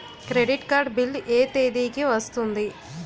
Credit card bill ఎ తేదీ కి వస్తుంది?